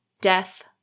Death